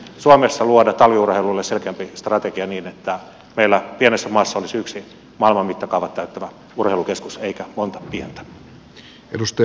pitäisikö suomessa luoda talviurheilulle selkeämpi strategia niin että meillä pienessä maassa olisi yksi maailman mittakaavat täyttävä urheilukeskus eikä monta pientä